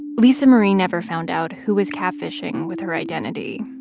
lisa-marie never found out who was catfishing with her identity,